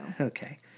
Okay